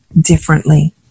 differently